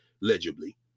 legibly